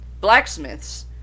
blacksmiths